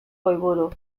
goiburu